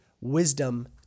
wisdom